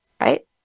right